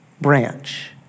branch